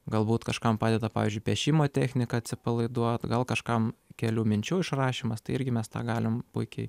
galbūt kažkam padeda pavyzdžiui piešimo technika atsipalaiduot gal kažkam kelių minčių išrašymas tai irgi mes tą galim puikiai